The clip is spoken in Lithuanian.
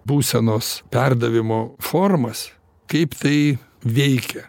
būsenos perdavimo formas kaip tai veikia